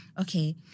okay